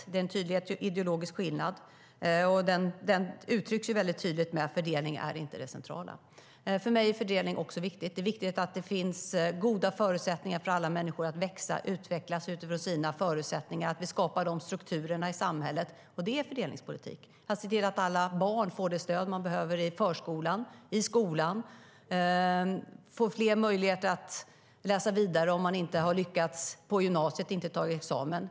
Där är det en tydlig ideologisk skillnad. Den uttrycks väldigt tydligt med att fördelning inte är det centrala. För mig är fördelning viktigt. Det är viktigt att det finns goda förutsättningar för alla människor att växa och utvecklas utifrån sina förutsättningar och att vi skapar de strukturerna i samhället. Det är fördelningspolitik. Det handlar om att se till att alla barn får det stöd de behöver i förskolan och skolan, att de får fler möjligheter att läsa vidare om de inte har lyckats på gymnasiet och inte tagit examen.